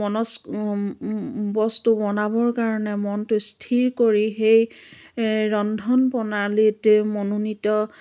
মনস্ক বস্তু বনাবৰ কাৰণে মনটো স্থিৰ কৰি সেই ৰন্ধন প্ৰণালীত মনোনীত